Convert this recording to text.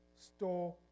store